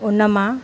उन मां